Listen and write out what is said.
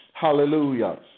Hallelujah